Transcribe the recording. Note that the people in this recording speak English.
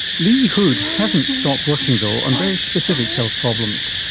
lee hood hasn't stopped working, though, on very specific health problems,